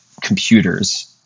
computers